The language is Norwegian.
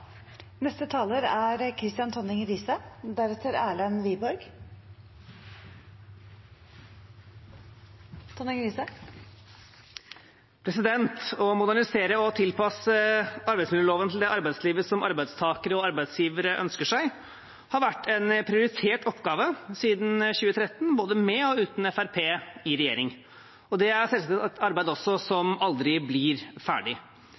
Å modernisere og tilpasse arbeidsmiljøloven til det arbeidslivet som arbeidstakere og arbeidsgivere ønsker seg, har vært en prioritert oppgave siden 2013, både med og uten Fremskrittspartiet i regjering. Det er selvsagt et arbeid som aldri blir ferdig.